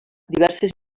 diverses